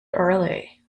early